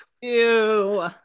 Ew